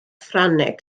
ffrangeg